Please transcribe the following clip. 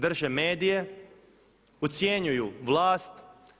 Drže medije, ucjenjuju vlast.